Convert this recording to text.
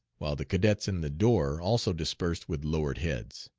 while the cadets in the door also dispersed with lowered heads.